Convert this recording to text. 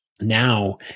now